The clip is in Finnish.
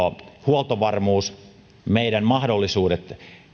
huoltovarmuus meidän mahdollisuutemme